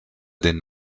den